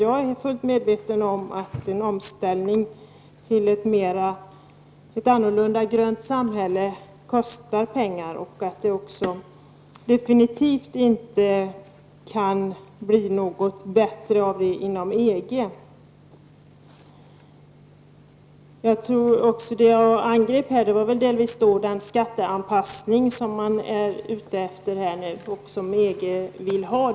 Jag är fullt medveten om att en omställning till ett annorlunda och grönt samhälle kostar pengar. Dessutom är jag medveten om att det definitivt inte kan bli bättre i det avseendet inom EG. Vad jag tidigare angrep var delvis den skatteanpassning som man nu är ute efter och som EG vill ha.